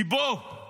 שבו